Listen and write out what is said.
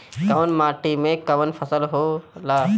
कवन माटी में कवन फसल हो ला?